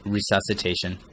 Resuscitation